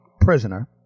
prisoner